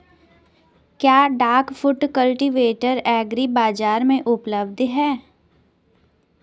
क्या duck foot cultivator agri बाज़ार में उपलब्ध है?